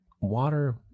water